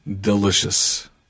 delicious